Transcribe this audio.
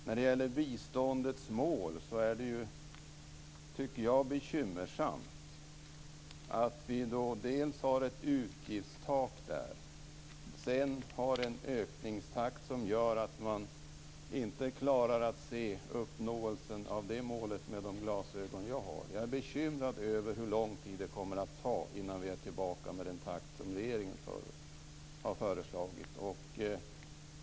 När det gäller biståndets mål vill jag säga att jag tycker att det är bekymmersamt att vi har ett utgiftstak och en ökningstakt som innebär att jag med de glasögon jag har inte kan se att vi kommer att uppnå målet. Jag är bekymrad över att det kommer att ta lång tid innan vi är tillbaka där, med den takt som regeringen har föreslagit.